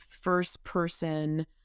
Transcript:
first-person